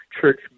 church